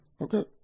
Okay